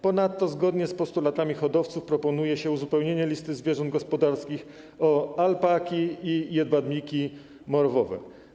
Ponadto zgodnie z postulatami hodowców proponuje się uzupełnienie listy zwierząt gospodarskich o alpaki i jedwabniki morwowe.